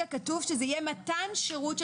אם זה היה מיליון שקל לא הייתה בעיה,